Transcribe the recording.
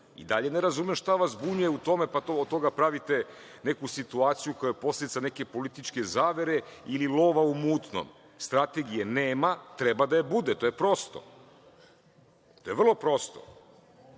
I dalje ne razumem šta vas zbunjuje u tome, pa od toga pravite neku situaciju koja je posledica neke političke zavere ili lova u mutnom. Strategije nema. Treba da je bude. To je prosto. To je vrlo prosto. Sada